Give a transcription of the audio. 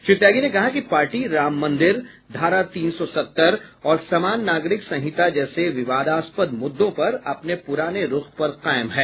श्री त्यागी ने कहा कि पार्टी राम मंदिर धारा तीन सौ सत्तर और समान नागरिक संहिता जैसे विवादास्पद मुद्दों पर अपने पुराने रूख पर कायम हैं